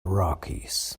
rockies